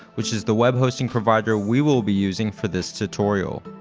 which is the web hosting provider we will be using for this tutorial.